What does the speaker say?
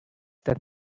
that